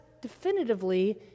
definitively